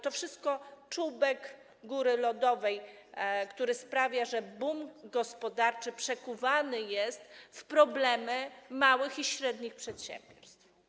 To wszystko czubek góry lodowej, który sprawia, że boom gospodarczy przekuwany jest w problemy małych i średnich przedsiębiorstw.